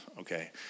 okay